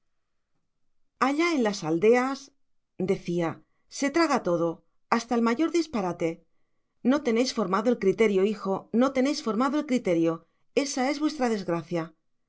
allá en las aldeas decía se traga todo hasta el mayor disparate no tenéis formado el criterio hijo no tenéis formado el criterio ésa es vuestra desgracia